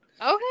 Okay